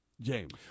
James